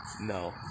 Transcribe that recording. No